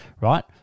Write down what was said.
Right